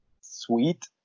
Sweet